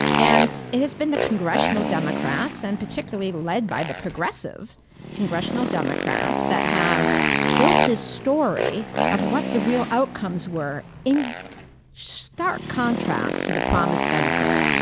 and it has been the congressional democrats and particularly led by the progressive congressional democrats that have built this story of what the real outcomes were in stark contrast to the promised benefits.